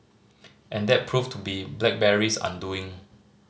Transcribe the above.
and that proved to be BlackBerry's undoing